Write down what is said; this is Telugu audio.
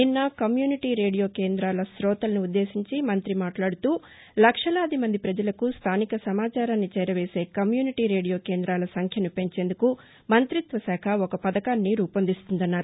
నిన్న కమ్యూనిటీ రేడియో కేందాల తోతలను ఉద్దేశించి మంత్రి మాట్లాడుతూ లక్షలాది మంది ప్రజలకు స్థానిక సమాచారాన్ని చేరవేసే కమ్యూనిటీ రేడియో కేందాల సంఖ్యను పెంచేందుకు మంతిత్వ శాఖ ఒక పథకాన్ని రూపొందిస్తుందన్నారు